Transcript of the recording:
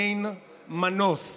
אין מנוס.